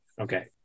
Okay